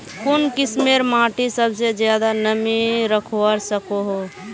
कुन किस्मेर माटी सबसे ज्यादा नमी रखवा सको हो?